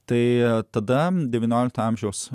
tai tada devyniolikto amžiaus